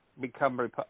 become